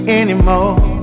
anymore